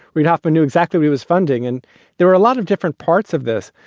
reid hoffman knew exactly why he was funding. and there were a lot of different parts of this,